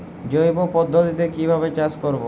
জৈব পদ্ধতিতে কিভাবে চাষ করব?